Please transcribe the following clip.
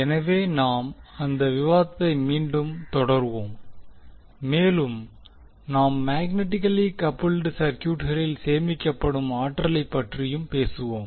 எனவே நாம் அந்த விவாதத்தை மீண்டும் தொடர்வோம் மேலும் நாம் மேக்னட்டிகலி கப்புல்ட் சர்க்யூட்களில் சேமிக்கப்படும் ஆற்றலை பற்றியும் பேசுவோம்